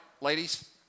ladies